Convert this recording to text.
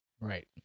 Right